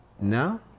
No